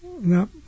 no